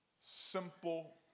Simple